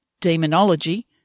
Demonology